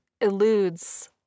eludes